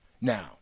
Now